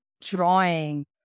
drawing